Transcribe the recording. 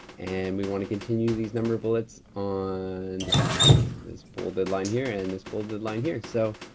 and we want to continue these number bullets on this bolded line here, and this bolded line here. so,